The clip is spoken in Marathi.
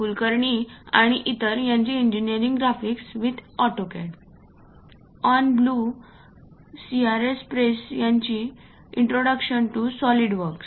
कुलकर्णी आणि इतर यांची engineering graphics with AutoCAD on blue CRC press यांची इंट्रोडक्शन टू सॉलिड वर्क्स